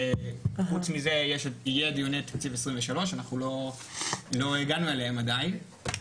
חוץ מזה יהיה דיוני תקציב 2023. אנחנו לא הגענו אליהם עדיין.